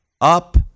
Up